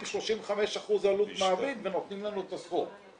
35% עלות מעביד ונותנים לנו את הסכום.